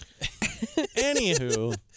Anywho